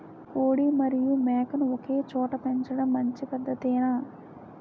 కోడి మరియు మేక ను ఒకేచోట పెంచడం మంచి పద్ధతేనా?